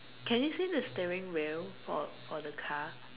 can you see the steering wheel for for the car